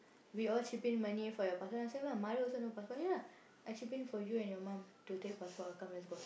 we all chip in money for your passport then I say my mother also no passport ya lah I chip in for you and your mum to take passport come let's go